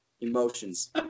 Emotions